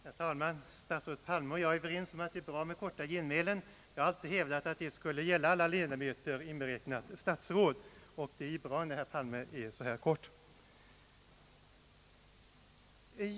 Herr talman! Statsrådet Palme och jag är överens om att det är bra med korta genmälen. Jag har ofta hävdat att detta borde gälla alla talare, inberäknat statsråd, och det är ju bra när även herr Palme nu fattar sig kort.